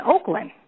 Oakland